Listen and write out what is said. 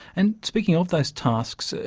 and speaking of those tasks,